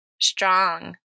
strong